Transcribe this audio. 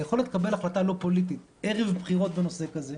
היכולת לקבל החלטה לא פוליטית ערב בחירות בנושא כזה,